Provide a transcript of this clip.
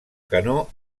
canó